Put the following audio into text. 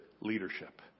leadership